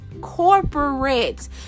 Corporate